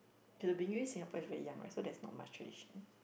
to the Singapore is very young right so there's not much tradition